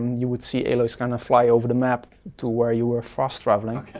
you would see aloy's kinda fly over the map to where you were fast traveling.